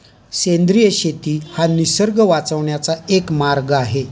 सेंद्रिय शेती हा निसर्ग वाचवण्याचा एक मार्ग आहे